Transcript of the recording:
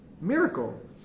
miracle